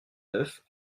neuf